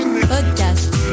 Podcast